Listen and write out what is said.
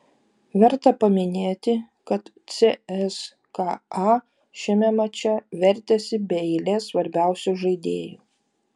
verta paminėti kad cska šiame mače vertėsi be eilės svarbiausių žaidėjų